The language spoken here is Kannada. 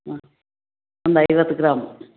ಹ್ಞೂ ಒಂದು ಐವತ್ತು ಗ್ರಾಮ್